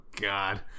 God